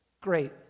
Great